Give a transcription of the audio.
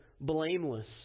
blameless